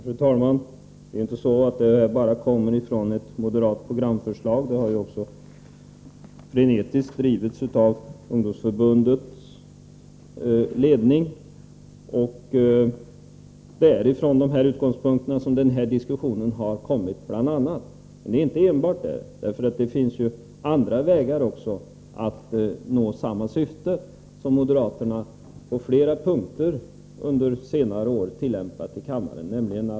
Fru talman! Frågan om att landstingen skulle avskaffas kommer inte bara från det moderata programförslaget, utan den har också drivits frenetiskt av ungdomsförbundets ledning. Det är bl.a. genom detta som diskussionen har uppstått. Men det finns också andra vägar att nå samma syfte, och på flera punkter under senare år har moderaterna varit inne på sådana.